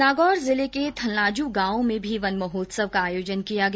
नागौर जिले के थंलाजू गांव में भी वन महोत्सव का आयोजन किया गया